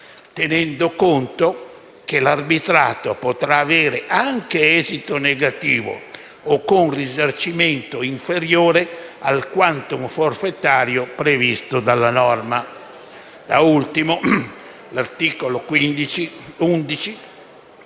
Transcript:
tenendo conto che l'arbitrato potrà avere anche esito negativo o con risarcimento inferiore al *quantum* forfettario previsto dalla norma. Da ultimo, l'articolo 11